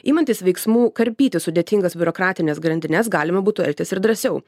imantis veiksmų karpyti sudėtingas biurokratines grandines galima būtų elgtis ir drąsiau